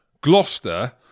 Gloucester